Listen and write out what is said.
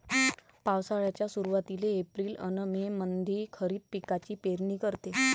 पावसाळ्याच्या सुरुवातीले एप्रिल अन मे मंधी खरीप पिकाची पेरनी करते